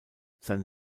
sein